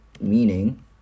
meaning